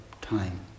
time